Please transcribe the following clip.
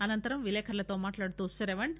అనంతరం విలేకరులతో మాట్లాడుతూ శ్రవణ్